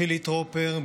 חילי טרופר,